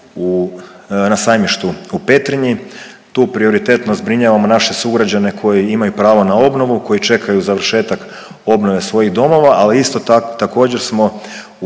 na Sajmištu u Petrinji. Tu prioritetno zbrinjavamo naše sugrađane koji imaju pravo na obnovu, koji čekaju završetak obnove svojih domova ali isto tako također smo